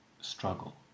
struggle